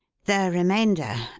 the remainder,